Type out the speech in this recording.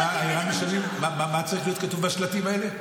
--- מה צריך להיות כתוב בשלטים האלה?